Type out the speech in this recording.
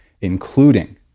including